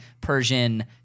Persian